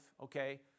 okay